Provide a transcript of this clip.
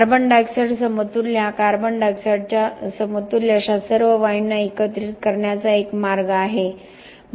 carbon dioxide समतुल्य हा carbon डाय ऑक्साईडच्या समतुल्य अशा सर्व वायूंना एकत्रित करण्याचा एक मार्ग आहे